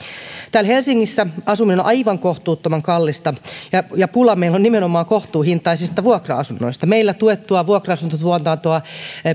täällä helsingissä asuminen on aivan kohtuuttoman kallista ja ja pula meillä on nimenomaan kohtuuhintaisista vuokra asunnoista meillä tuettua vuokra asuntotuotantoa